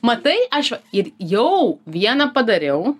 matai aš va ir jau vieną padariau